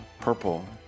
Purple